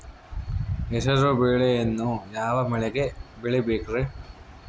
ಹೆಸರುಬೇಳೆಯನ್ನು ಯಾವ ಮಳೆಗೆ ಬೆಳಿಬೇಕ್ರಿ?